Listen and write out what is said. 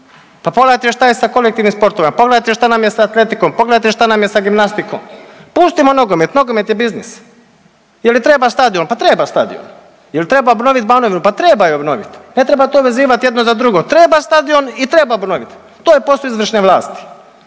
Pa pogledajte šta je sa kolektivnim sportovima, pogledajte šta nam je sa atletikom, pogledajte što nam je sa gimnastikom. Pustimo nogomet, nogomet je biznis. Ili treba stadion? Pa treba stadion. Jel treba obnovit Banovinu? Pa treba ju obnovit. Ne treba to vezivat jedno za drugo. Treba stadion i treba obnovit. To je posao izvršne vlasti.